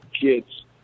kids